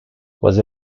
was